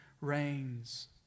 reigns